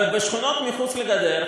אבל בשכונות מחוץ לגדר,